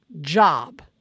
job